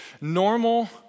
normal